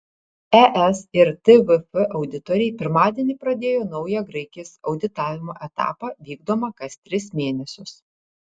es ir tvf auditoriai pirmadienį pradėjo naują graikijos auditavimo etapą vykdomą kas tris mėnesius